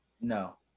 No